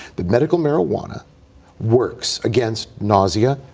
that medical marijuana works against nausea,